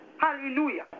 Hallelujah